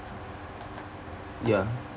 ya ya